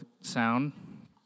sound